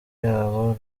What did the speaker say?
yabo